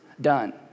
done